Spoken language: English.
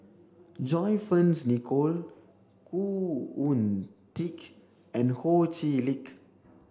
John Fearns Nicoll Khoo Oon Teik and Ho Chee Lick